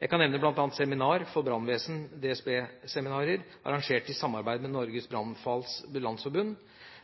Jeg kan nevne bl.a. seminarer for brannvesen/DSB-seminarer arrangert i samarbeid med